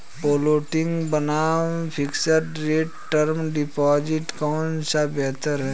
Floating बनाम fixed rate term deposit कौन सा बेहतर है?